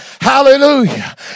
Hallelujah